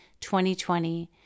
2020